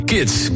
Kids